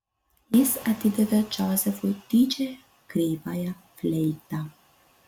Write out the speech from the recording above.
jis atidavė džozefui didžiąją kreivąją fleitą